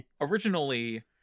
Originally